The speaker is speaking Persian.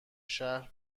شهر